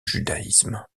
judaïsme